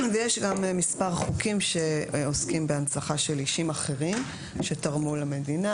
ויש גם מספר חוקים שעוסקים בהנצחה של אישים אחרים שתרמו למדינה,